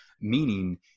meaning